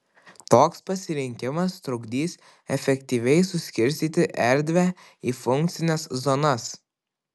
toks pasirinkimas trukdys efektyviai suskirstyti erdvę į funkcines zonas